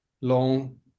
long